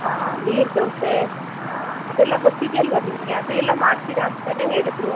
ಹಾಂ ನೀರು ದೋಸೆ ಹಾಂ ಅದೆಲ್ಲ ಗೊತ್ತಿದೆಯಲ್ವ ನಿಮಗೆ ಅದು ಎಲ್ಲ ಮಾಡ್ತೀರಿ ಅಂತೆಯೇ ಹೇಳಿದ್ರು